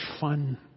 fun